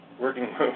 working